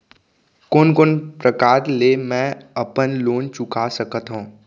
कोन कोन प्रकार ले मैं अपन लोन चुका सकत हँव?